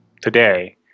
today